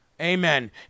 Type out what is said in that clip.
Amen